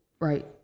right